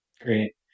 Great